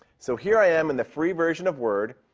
so here i am in the free version of word,